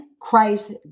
Christ